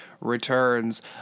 returns